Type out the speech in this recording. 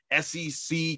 SEC